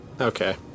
Okay